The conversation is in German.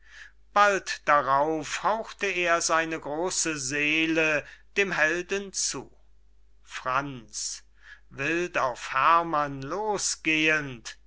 bald darauf hauchte er seine grose seele dem helden zu franz